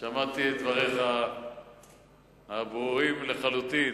את דבריך הברורים לחלוטין,